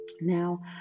Now